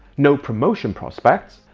no promotion prospects,